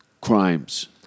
crimes